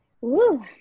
Woo